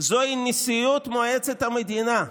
זוהי נשיאות מועצת המדינה,